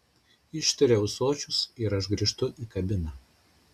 ištaria ūsočius ir aš grįžtu į kabiną